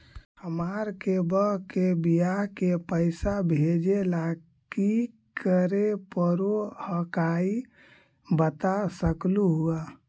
हमार के बह्र के बियाह के पैसा भेजे ला की करे परो हकाई बता सकलुहा?